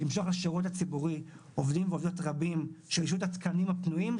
למשוך לשירות הציבורי עובדים ועובדות רבים שיאיישו את התקנים הפנויים,